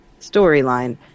storyline –